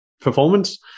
performance